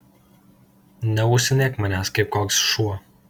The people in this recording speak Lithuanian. neuostinėk manęs kaip koks šuo